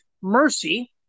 Mercy